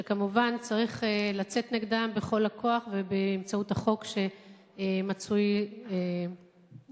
שכמובן צריך לצאת נגדם בכל הכוח ובאמצעות החוק שמצוי לפתחנו.